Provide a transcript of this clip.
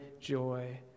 joy